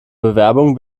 bewerbung